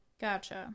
gotcha